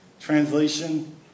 translation